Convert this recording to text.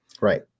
right